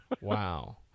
wow